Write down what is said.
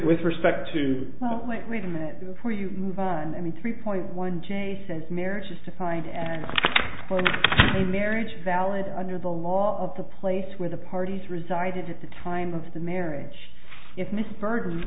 with respect to oh wait wait a minute before you move on i mean three point one jason's marriage is defined and a marriage valid under the law of the place where the parties resided at the time of the marriage if mrs bur